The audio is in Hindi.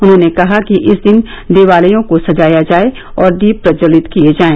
उन्होंने कहा कि इस दिन देवालयों को सजाया जाए और दीप प्रज्ज्वलित किए जाएं